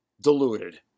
diluted